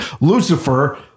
Lucifer